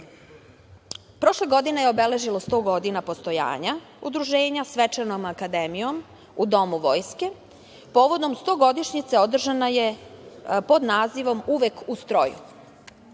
godine je obeleženo 100 godina postojanja Udruženja. Svečana akademija u Domu Vojske, povodom stogodišnjice, održana je pod nazivom „Uvek u stroju“.